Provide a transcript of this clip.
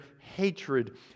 hatred